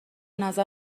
نظر